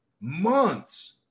months